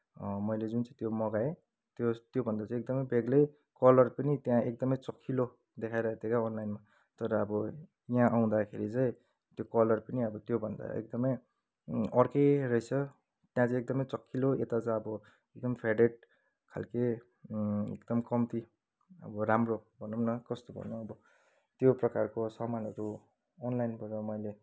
मैले जुन चाहिँ त्यो मगाएँ त्यो त्योभन्दा चाहिँ एकदमै बेग्लै कलर पनि त्यहाँ एकदमै चकिलो देखाइरहेको थियो क्या अनलाइनमा तर अब यहाँ आउँदाखेरि चाहिँ त्यो कलर पनि अब त्योभन्दा एकदमै अर्कै रहेछ त्यहाँ चाहिँ एकदमै चकिलो यता चाहिँ अब एकदम फेडेड खालको एकदम कम्ती अब राम्रो भनौँ न कस्तो भनौँ अब त्यो प्रकारको सामानहरू अनलाइनबाट मैले